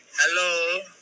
Hello